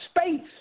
space